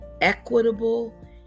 equitable